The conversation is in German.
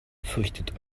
fürchtet